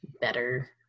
better